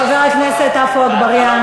חבר הכנסת עפו אגבאריה,